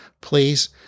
please